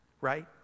right